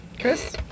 Chris